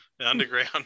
Underground